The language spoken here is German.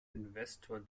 investor